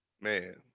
Man